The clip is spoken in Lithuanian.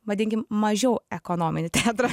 vadinkim mažiau ekonominį teatrą